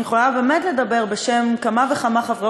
אני יכולה באמת לדבר בשם כמה וכמה חברי